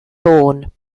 bourne